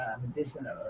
medicinal